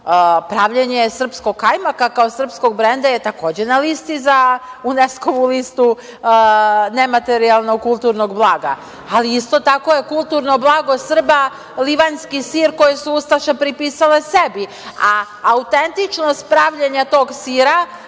pravljenje srpskog kajmaka kao srpskog brenda je takođe na listi za UNESKO listu nematerijalnog kulturnog blaga, ali isto tako je kulturno blago Srba livanjski sir, koji su ustaše pripisale sebi, a autentičnost pravljenja tog sira,